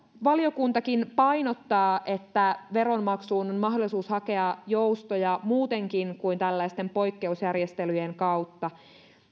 valiokuntakin painottaa että veronmaksuun on mahdollisuus hakea joustoja muutenkin kuin tällaisten poikkeusjärjestelyjen kautta